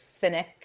cynic